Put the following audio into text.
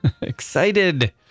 Excited